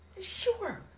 Sure